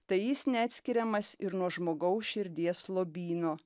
tai jis neatskiriamas ir nuo žmogaus širdies lobyno